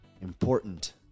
important